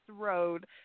road